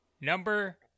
Number